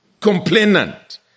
Complainant